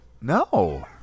No